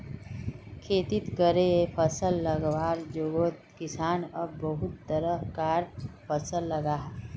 खेतित एके फसल लगवार जोगोत किसान अब बहुत तरह कार फसल लगाहा